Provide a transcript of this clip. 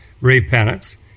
repentance